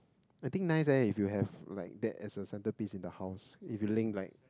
I think nice leh if you have like that as the center piece in the house if you link like